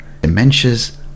dementias